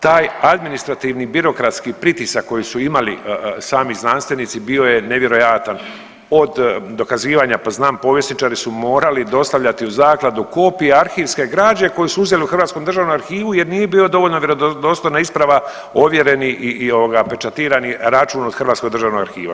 Taj administrativni birokratski pritisak koji su imali sami znanstvenici bio je nevjerojatan od dokazivanja, pa znam povjesničari su morali dostavljati u zakladu kopiju arhivske građe koju su uzeli u Hrvatskom državnom arhivu jer nije bio dovoljno vjerodostojna isprava ovjereni i ovoga pečatirani račun od Hrvatskog državnog arhiva.